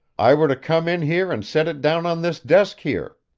i were to come in here and set it down on this desk here?